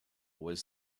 was